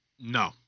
No